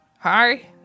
hi